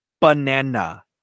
Banana